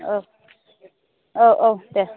औ औ दे